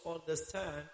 understand